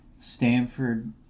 Stanford